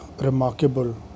remarkable